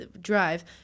drive